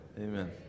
amen